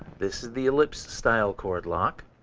this is the ellipse-style cord lock.